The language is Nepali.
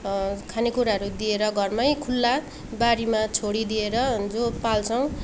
खाने कुराहरू दिएर घरमै खुल्ला बारीमा छोडिदिएर जो पाल्छौँ